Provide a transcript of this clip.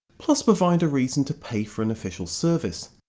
plus provide a reason to pay for an official service.